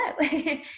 hello